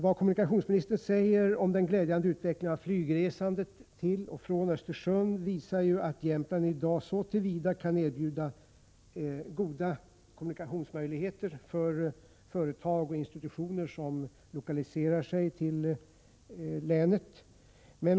Vad kommunikationsministern säger om den glädjande utvecklingen av flygresandet till och från Östersund visar ju att Jämtland i dag så till vida kan erbjuda goda kommunikationsmöjligheter för företag och institutioner som lokaliserar sig till länet.